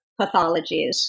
pathologies